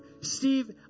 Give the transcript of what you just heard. Steve